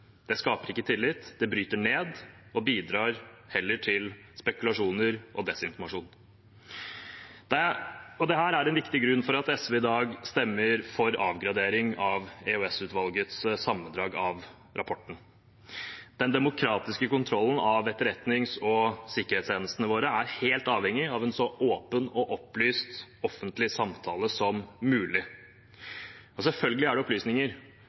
skaper ikke tillit. Det bryter ned og bidrar heller til spekulasjoner og desinformasjon. Dette er en viktig grunn til at SV i dag stemmer for avgradering av EOS-utvalgets sammendrag av rapporten. Den demokratiske kontrollen av etterretnings- og sikkerhetstjenestene våre er helt avhengig av en så åpen og opplyst offentlig samtale som mulig. Selvfølgelig er det opplysninger